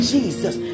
Jesus